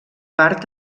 part